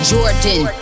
Jordan